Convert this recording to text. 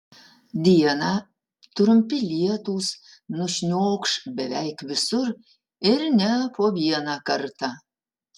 dieną trumpi lietūs nušniokš beveik visur ir ne po vieną kartą